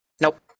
Nope